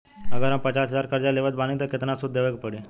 अगर हम पचास हज़ार कर्जा लेवत बानी त केतना सूद देवे के पड़ी?